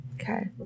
Okay